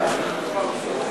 מאה אחוז.